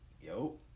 Yo